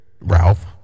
Ralph